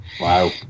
Wow